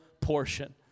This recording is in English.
portion